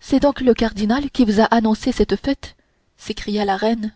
c'est donc le cardinal qui vous a annoncé cette fête s'écria la reine